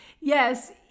Yes